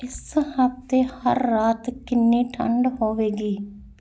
ਇਸ ਹਫ਼ਤੇ ਹਰ ਰਾਤ ਕਿੰਨੀ ਠੰਢ ਹੋਵੇਗੀ